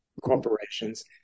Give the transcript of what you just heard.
corporations –